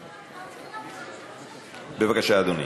בבקשה, אדוני.